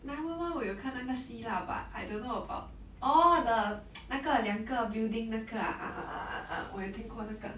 nine one one 我有看那个戏 lah but I don't know about orh the 那个两个 building 那个啊 ah ah ah ah 我有听过那个